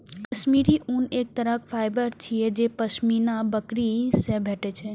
काश्मीरी ऊन एक तरहक फाइबर छियै जे पश्मीना बकरी सं भेटै छै